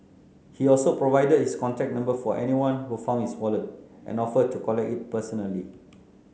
he also provided his contact number for anyone who found his wallet and offered to collect it personally